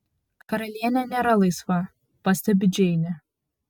karalienė nėra laisva pastebi džeinė